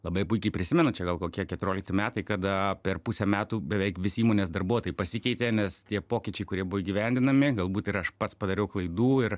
labai puikiai prisimenu čia gal kokia keturiolikti metai kad per pusę metų beveik visi įmonės darbuotojai pasikeitė nes tie pokyčiai kurie buvo įgyvendinami galbūt ir aš pats padariau klaidų ir